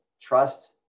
trust